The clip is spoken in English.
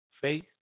faith